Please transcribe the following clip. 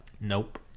Nope